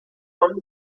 und